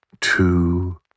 two